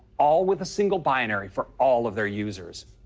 all with a single binary for all of their users.